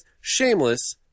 shameless